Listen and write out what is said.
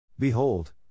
Behold